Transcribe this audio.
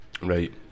Right